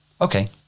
okay